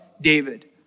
David